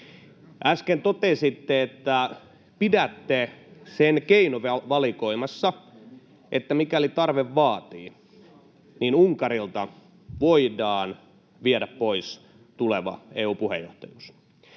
Äsken totesitte, että pidätte sen keinovalikoimassa, että mikäli tarve vaatii, niin Unkarilta voidaan viedä pois tuleva EU-puheenjohtajuus.